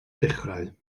dechrau